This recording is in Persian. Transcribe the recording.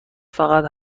فقط